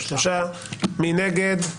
מי נגד?